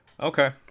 okay